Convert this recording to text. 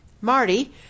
Marty